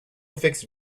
fixed